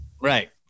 right